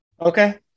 Okay